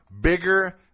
Bigger